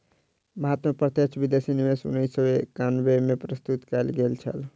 भारत में प्रत्यक्ष विदेशी निवेश उन्नैस सौ एकानबे में प्रस्तुत कयल गेल छल